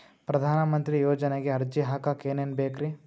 ಪ್ರಧಾನಮಂತ್ರಿ ಯೋಜನೆಗೆ ಅರ್ಜಿ ಹಾಕಕ್ ಏನೇನ್ ಬೇಕ್ರಿ?